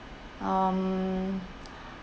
um